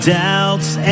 doubts